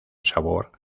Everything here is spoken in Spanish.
sabor